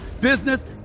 business